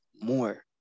more